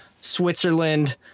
Switzerland